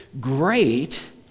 great